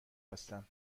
هستم